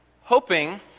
hoping